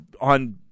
on